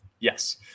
Yes